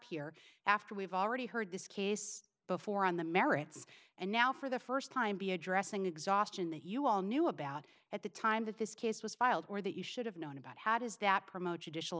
here after we've already heard this case before on the merits and now for the first time be addressing exhaustion that you all knew about at the time that this case was filed or that you should have known about how does that promote